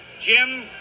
Jim